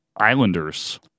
Islanders